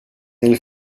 elle